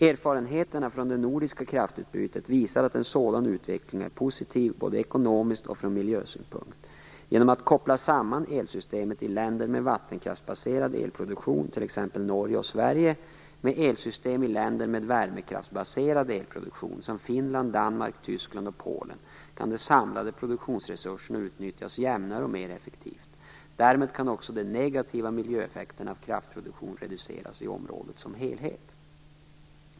Erfarenheterna från det nordiska kraftutbytet visar att en sådan utveckling är positiv både ekonomiskt och från miljösynpunkt. Genom att koppla samman elsystemen i länder med vattenkraftsbaserad elproduktion, t.ex. Norge och Sverige, med elsystemen i länder med värmekraftsbaserad elproduktion som Finland, Danmark, Tyskland och Polen kan de samlade produktionsresurserna utnyttjas jämnare och mer effektivt. Därmed kan också de negativa miljöeffekterna av kraftproduktion reduceras i området som helhet.